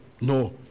no